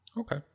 Okay